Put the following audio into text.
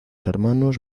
hermanos